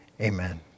Amen